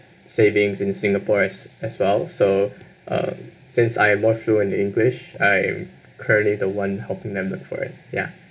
savings in singapore as as well so um since I am more fluent in english I'm currently the one helping them look for it ya